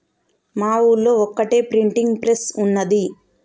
మా ఊళ్లో ఒక్కటే ప్రింటింగ్ ప్రెస్ ఉన్నది